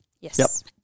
Yes